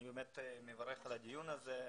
אני מברך על הדיון הזה.